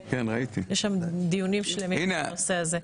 ויש שם דיונים שלמים בנושא הזה.